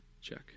Check